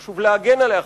חשוב להגן עליה,